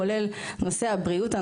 כולל נושא הבריאות.